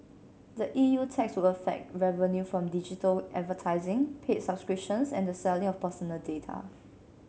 the E U tax would affect revenue from digital advertising paid subscriptions and the selling of personal data